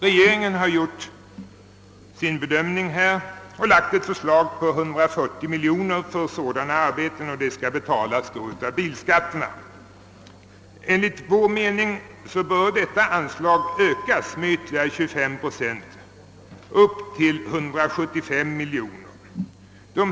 Regeringen har gjort sin bedömning här och lagt ett förslag på 140 miljoner kronor för sådana arbeten, som skall betalas av bilskattemedel. Enligt vår mening bör detta anslag ökas med 25 procent till 175 miljoner kronor.